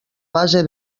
base